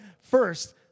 first